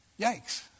Yikes